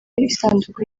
isanduku